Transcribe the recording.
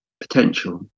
Potential